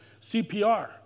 CPR